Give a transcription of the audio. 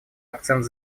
акцент